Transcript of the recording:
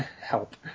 help